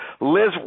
Liz